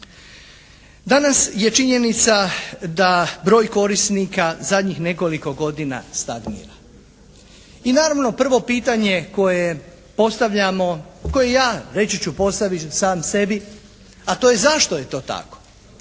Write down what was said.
Danas je činjenica da broj korisnika zadnjih nekoliko godina stagnira i naravno prvo pitanje koje postavljamo, koje ja reći ću postavit ću sam sebi, a to je zašto je to tako?